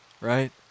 right